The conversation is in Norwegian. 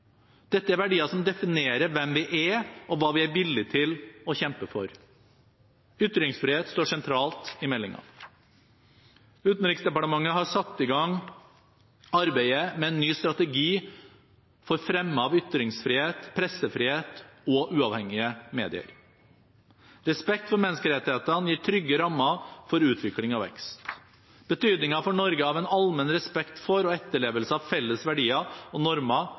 Dette er verdier som definerer hvem vi er, og hva vi er villige til å kjempe for. Ytringsfrihet står sentralt i meldingen. Utenriksdepartementet har satt i gang arbeidet med en ny strategi for fremme av ytringsfrihet, pressefrihet og uavhengige medier. Respekt for menneskerettighetene gir trygge rammer for utvikling og vekst. Betydningen for Norge av en allmenn respekt for og etterlevelse av felles verdier og normer